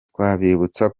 twabibutsa